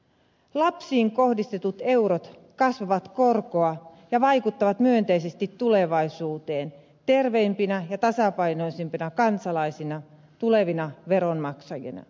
lapsiin kohdistetut eurot kasvavat korkoa ja vaikuttavat myönteisesti tulevaisuuteen terveempinä ja tasapainoisempina kansalaisina tulevina veronmaksajina